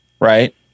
right